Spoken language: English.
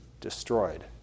destroyed